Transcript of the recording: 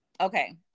Okay